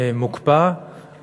מוקפא,